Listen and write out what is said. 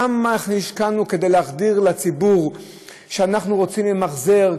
כמה השקענו כדי להחדיר לציבור שאנחנו רוצים למחזר,